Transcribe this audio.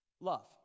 Love